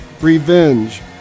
revenge